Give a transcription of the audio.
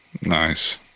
Nice